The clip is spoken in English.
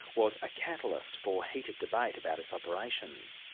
was a catalyst for heated debate about it's operation.